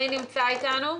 מי נמצא אתנו?